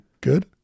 good